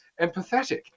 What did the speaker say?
empathetic